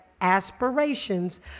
aspirations